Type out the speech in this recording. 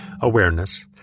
awareness